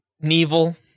Neville